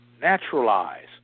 naturalize